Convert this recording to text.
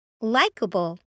likable